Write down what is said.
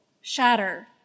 shatter